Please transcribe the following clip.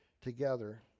together